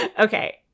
Okay